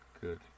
Good